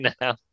now